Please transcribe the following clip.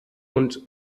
und